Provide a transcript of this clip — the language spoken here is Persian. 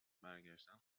برگشتن